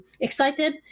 excited